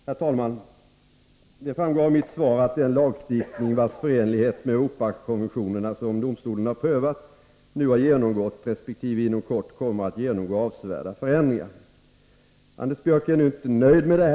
Herr talman! Det framgår av mitt svar att den lagstiftning vars förenlighet med Europakonventionen domstolen har prövat nu har genomgått resp. inom kort kommer att genomgå avsevärda förändringar. Anders Björck är nu inte nöjd med detta.